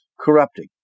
corrupting